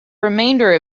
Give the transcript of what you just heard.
remainder